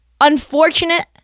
unfortunate